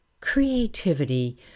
creativity